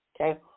okay